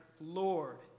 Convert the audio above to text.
lord